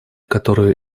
которую